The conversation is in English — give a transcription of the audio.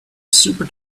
super